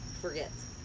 forgets